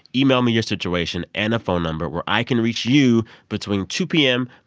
email me your situation and a phone number where i can reach you between two p m.